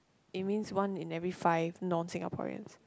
it means one in every five non Singaporeans